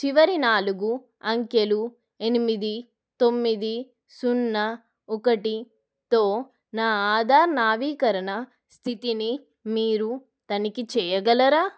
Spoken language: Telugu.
చివరి నాలుగు అంకెలు ఎనిమిది తొమ్మిది సున్నా ఒకటితో నా ఆధార్ నవీకరణ స్థితిని మీరు తనిఖీ చెయ్యగలరా